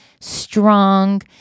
strong